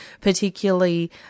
particularly